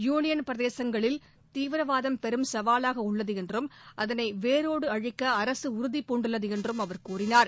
union பிரதேசங்களில் தீவிரவாதம் பெரும் சவாலாக உள்ளது என்றும் அதனை வேரோடு அழிக்க அரசு உறுதிபூண்டுள்ளது என்றும் அவர் கூறினார்